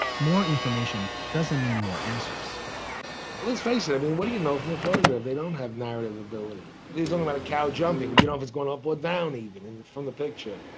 more information doesn't mean more answers let's face it, i mean, what do you know from a photograph? they don't have narrative ability they don't know what a cow jumping, you know, has gone up or down even and from the picture.